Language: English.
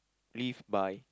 live by